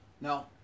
No